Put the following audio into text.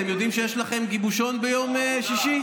אתם יודעים שיש לכם גיבושון ביום שישי?